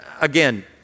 Again